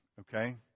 okay